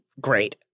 great